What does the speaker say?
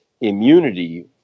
immunity